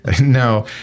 No